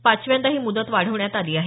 पाचव्यांदा ही मुदत वाढवण्यात आली आहे